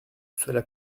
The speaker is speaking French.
cela